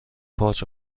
پارچ